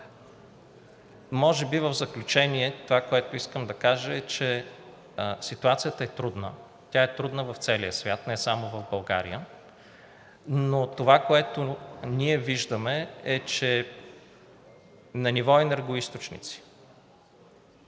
нуждите. В заключение това, което искам да кажа, е, че ситуацията е трудна и тя е трудна в целия свят, не само в България. Но това, което ние виждаме, е, че на ниво енергоизточници